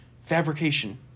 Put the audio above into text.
Fabrication